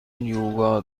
یوگا